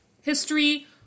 history